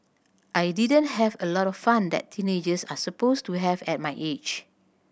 I didn't have a lot of fun that teenagers are supposed to have at my age